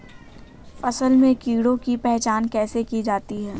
फसल में कीड़ों की पहचान कैसे की जाती है?